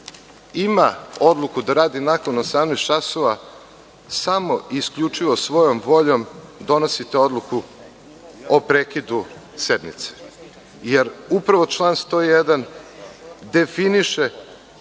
ima odluku da radi nakon 18.00 časova, samo isključivo svojom voljom donosite odluku o prekidu sednice, jer upravo član 101. definiše